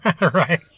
Right